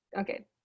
Okay